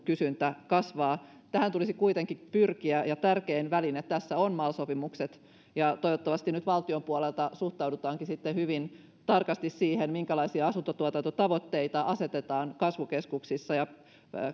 kysyntä kasvaa tähän tulisi kuitenkin pyrkiä ja tärkein väline tässä on mal sopimukset toivottavasti nyt valtion puolelta suhtaudutaankin sitten hyvin tarkasti siihen minkälaisia asuntotuotantotavoitteita asetetaan kasvukeskuksissa ja